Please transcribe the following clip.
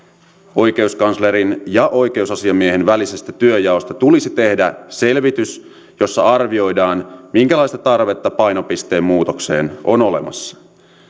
oikeuskanslerin ja oi keusasiamiehen välisestä työnjaosta tulisi tehdä selvitys jossa arvioidaan minkälaista tarvetta painopisteen muutokseen on olemassa